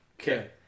Okay